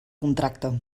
contracte